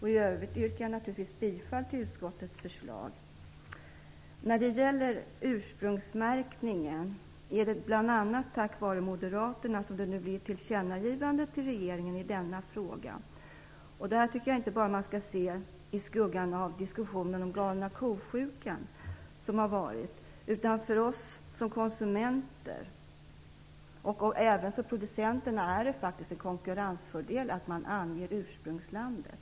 I övrigt yrkar jag naturligtvis bifall till utskottets hemställan. När det gäller ursprungsmärkningen är det bl.a. tack vare moderaterna som det nu blir ett tillkännagivande till regeringen i denna fråga. Det tycker jag att man skall se inte bara i skuggan av den diskussion om "galna ko-sjukan" som har förts, utan för oss som konsumenter, och även för producenterna är det faktiskt en konkurrensfördel att man anger ursprungslandet.